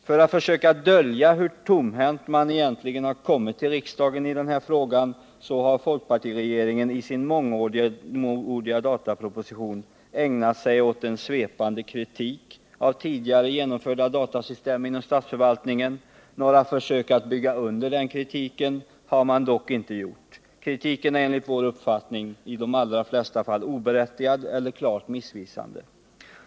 För att försöka dölja hur tomhänt man egentligen har kommit till riksdagen i denna fråga, har folkpartiregeringen i sin mångordiga dataproposition ägnat sig åt en svepande kritik av tidigare genomförda datasystem inom statsförvaltningen. Några försök att bygga under den kritiken har man dock inte gjort. Kritiken är, enligt vår uppfattning, på de flesta pur:kter oberättigad eller klart missvisande.